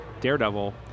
Daredevil